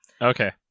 Okay